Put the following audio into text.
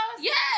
Yes